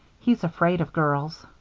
he's afraid of girls.